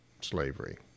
slavery